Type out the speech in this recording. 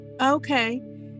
Okay